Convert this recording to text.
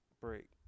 break